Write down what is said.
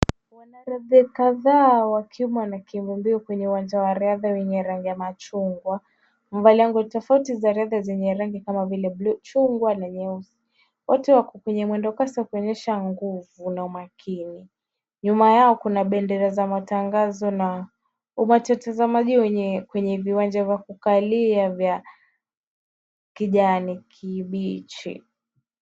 Wanariadha kadhaa wakiwa wanakimbia mbio kwenye uwanja wa riadha wenye rangi ya machungwa. Wamevalia nguo tofauti za riadha zenye rangi kama vile bluu, chungwa, na nyeusi. Wote wako kwenye mwendo kasi wakinyesha nguvu na umakini. Nyuma yao kuna bendera za matangazo na umati wa watazamaji kwenye viwanja vya kukalia vya kijani kibichi.